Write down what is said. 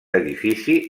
edifici